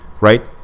right